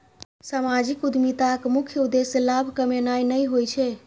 सामाजिक उद्यमिताक मुख्य उद्देश्य लाभ कमेनाय नहि होइ छै